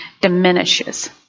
diminishes